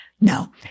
No